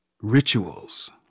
rituals